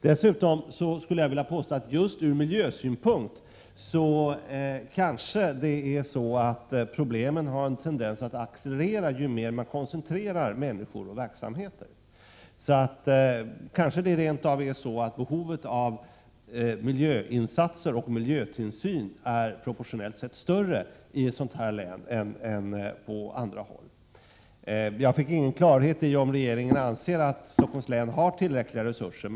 Dessutom skulle jag vilja påstå att problemen sett ur just miljösynpunkt kanske har en tendens att accelerera ju mer man koncentrerar människor och verksamheter. Behovet av miljöinsatser och miljötillsyn är möjligen proportionellt sett större i ett sådant här län än på andra håll. Jag fick ingen klarhet i om regeringen anser att Stockholms län har tillräckliga resurser.